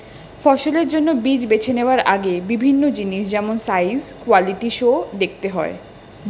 ফসলের জন্য বীজ বেছে নেওয়ার আগে বিভিন্ন জিনিস যেমন সাইজ, কোয়ালিটি সো দেখতে হয়